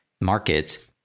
markets